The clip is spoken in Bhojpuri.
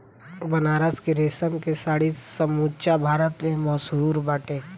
बनारस के रेशम के साड़ी समूचा भारत में मशहूर बाटे